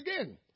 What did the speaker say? again